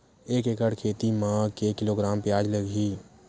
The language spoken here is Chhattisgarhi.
एक एकड़ खेती म के किलोग्राम प्याज लग ही?